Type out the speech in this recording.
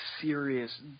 serious